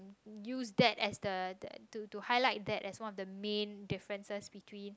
use that as the to to highlight that as one of the main differences between